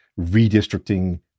redistricting